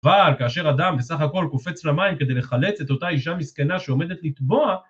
כבר כאשר אדם בסך הכל קופץ למים כדי לחלץ את אותה אישה מסכנה שעומדת לטבוע,